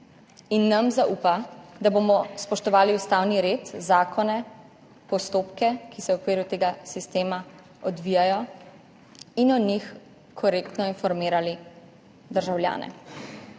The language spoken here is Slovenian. in nam zaupa, da bomo spoštovali ustavni red, zakone, postopke, ki se v okviru tega sistema odvijajo, in o njih korektno informirali državljane.